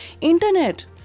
internet